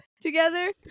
together